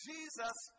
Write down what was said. Jesus